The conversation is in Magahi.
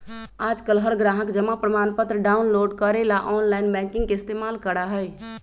आजकल हर ग्राहक जमा प्रमाणपत्र डाउनलोड करे ला आनलाइन बैंकिंग के इस्तेमाल करा हई